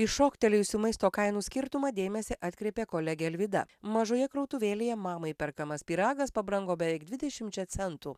į šoktelėjusių maisto kainų skirtumą dėmesį atkreipė kolegė alvyda mažoje krautuvėlėje mamai perkamas pyragas pabrango beveik dvidešimčia centų